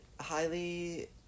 highly